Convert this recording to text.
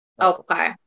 Okay